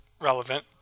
relevant